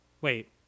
Wait